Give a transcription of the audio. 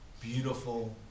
beautiful